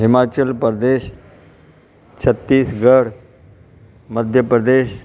Himachal Pradesh Chhattisgarh Madhya Pradesh